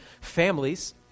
families